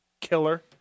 killer